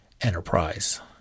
enterprise